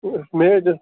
مےٚ حظ